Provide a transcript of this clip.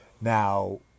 Now